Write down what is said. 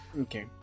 Okay